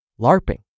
LARPing